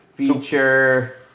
feature